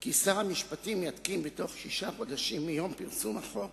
כי שר המשפטים יתקין בתוך שישה חודשים מיום פרסום החוק